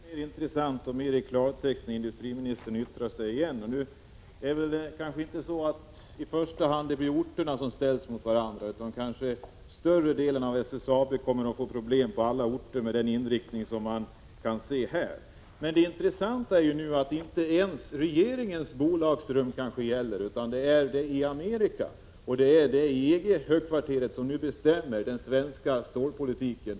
Fru talman! Det blir ännu intressantare och mera av klartext när industriministern nu yttrar sig igen. Det är kanske inte i första hand orterna som kommer att ställas mot varandra. Större delen av SSAB kommer på de olika orterna att få problem med den inriktning som vi nu kan se. Vad som är intressant är att det nu kanske inte ens är regeringen utan USA och EG-högkvarteret som bestämmer den svenska stålpolitiken.